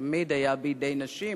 שתמיד הוא היה בידי נשים,